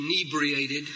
inebriated